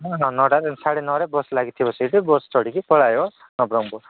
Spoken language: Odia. ହଁ ହଁ ନଅଟା ସାଢ଼େ ନଅରେ ବସ୍ ଲାଗି ଥିବ ସେଇଠି ବସ୍ ଚଢ଼ିକି ପଳେଇବ ନବରଙ୍ଗପୁର୍